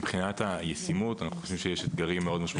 מבחינת הישימות אנחנו חושבים שיש אתגרים מאוד משמעותיים.